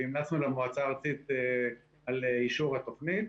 והמלצנו למועצה הארצית על אישור התוכנית.